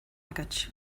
agat